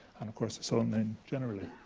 and of course the sole name generally.